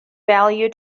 value